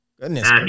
Goodness